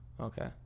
Okay